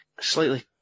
Slightly